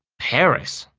paris,